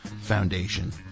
foundation